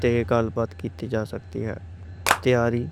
تے گال بات کیتی جا سکتی ہے تیاری